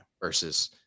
versus